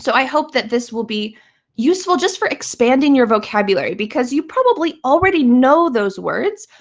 so i hope that this will be useful just for expanding your vocabulary, because you probably already know those words.